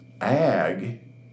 ag